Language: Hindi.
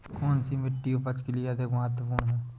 कौन सी मिट्टी उपज के लिए अधिक महत्वपूर्ण है?